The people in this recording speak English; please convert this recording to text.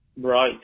Right